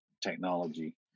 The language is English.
technology